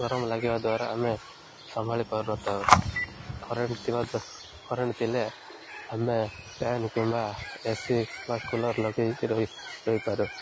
ଗରମ ଲାଗିବା ଦ୍ୱାରା ଆମେ ସମ୍ଭାଳି ପାରୁନଥାଉ କରେଣ୍ଟ ଥିବା କରେଣ୍ଟ ଥିଲେ ଆମେ ଫ୍ୟାନ୍ କିମ୍ବା ଏ ସି କୁଲର୍ ଲଗାଇକି ରହି ରହିପାରୁ